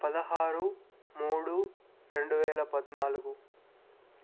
పదహారు మూడు రెండు వేల పద్నాలుగు